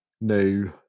new